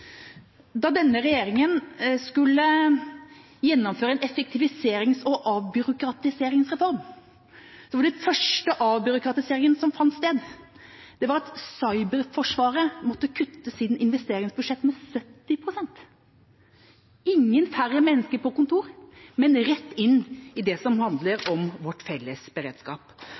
Da denne regjeringa skulle gjennomføre en effektiviserings- og avbyråkratiseringsreform, var den første avbyråkratiseringen som fant sted at cyberforsvaret måtte kutte sitt investeringsbudsjett med 70 pst – ingen færre mennesker på kontor, men rett inn i det som handler om vår felles beredskap.